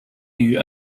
you